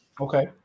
Okay